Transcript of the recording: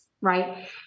right